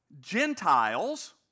Gentiles